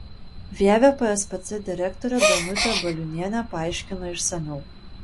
vievio pspc direktorė danutė baliūnienė paaiškino išsamiau